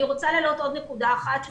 אני רוצה להעלות עוד נקודה אחת.